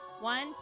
One